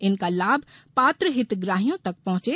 इनका लाभ पात्र हितग्रहियों तक पहुंचे